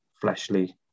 fleshly